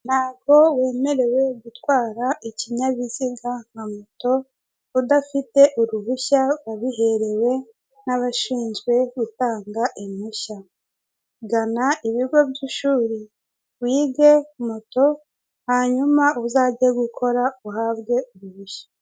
Ntago wemerewe gutwara ikinyabiziga nka moto, udafite uruhushya wabiherewe nabashinzwe gutanga impushya. Gana ibigo by'ishuri wige moto hanyuma uzajye gukora uhabwe uruhushya.